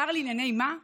שר לענייני מה?